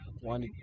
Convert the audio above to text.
one